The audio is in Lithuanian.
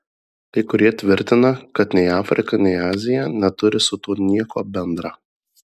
kai kurie tvirtina kad nei afrika nei azija neturi su tuo nieko bendra